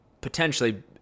potentially